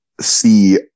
see